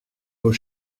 aux